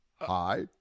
Hi